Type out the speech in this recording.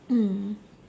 mm